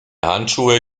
handschuhe